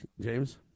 James